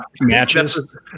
matches